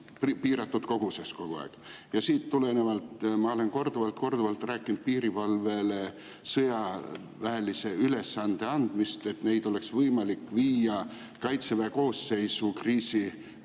piiratud koguses kogu aeg. Siit tulenevalt, ma olen korduvalt rääkinud piirivalvele sõjaväelise ülesande andmisest, et neid oleks võimalik viia Kaitseväe koosseisu kriisi